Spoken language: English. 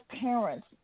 parents